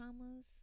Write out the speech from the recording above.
traumas